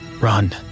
Run